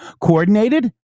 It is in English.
Coordinated